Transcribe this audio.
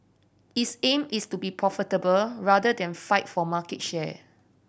its aim is to be profitable rather than fight for market share